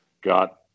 got